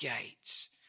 gates